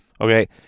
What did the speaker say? Okay